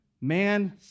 Man